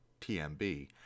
TMB